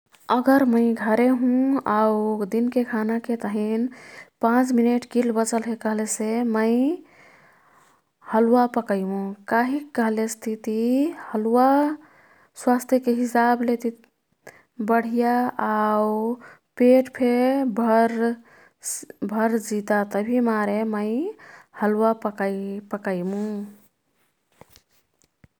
अगर मै घरे हुँ आउ दिनके खानाके तहिन ५ मिनेट किल बचल हे कह्लेसे मै हलुवा पकैमु। कहिक कह्लेस तिती हलुवा स्वास्थ्यके हिसाबले बढिया आउ पेटफे भर जिता तभी मारे मै हलुवा पकैमु।